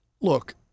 look